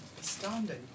Astounding